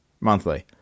monthly